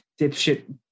dipshit